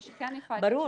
מה שכן אני יכולה -- ברור.